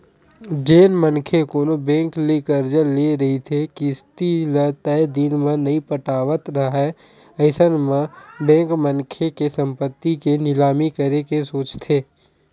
जेन मनखे कोनो बेंक ले करजा ले रहिथे किस्ती ल तय दिन म नइ पटावत राहय अइसन म बेंक मनखे के संपत्ति के निलामी करे के सोचथे